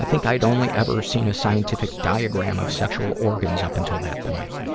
think i'd only ever seen a scientific diagram of sexual organs up until that point.